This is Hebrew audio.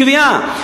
גבייה,